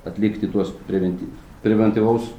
atlikti tuos prevent preventyvaus